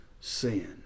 sin